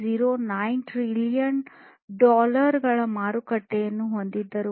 09 trillion dollar ಗಳ ಮಾರುಕಟ್ಟೆಯನ್ನು ಹೊಂದಿದ್ದರು